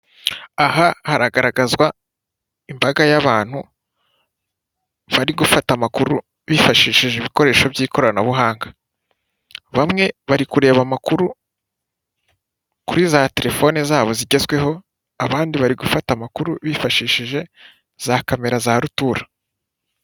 Aha haragaragazwa imbaga y'abantu bari gufata amakuru bifashishije ibikoresho by'ikoranabuhanga, bamwe bari kureba amakuru kuri za telefone zabo zigezweho, abandi bari gufata amakuru bifashishije za kamera za rutura.